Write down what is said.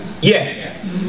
Yes